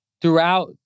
throughout